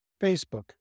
Facebook